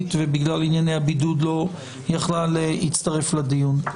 ובגלל ענייני הבידוד לא יכלה להצטרף לדיון.